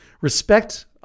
Respect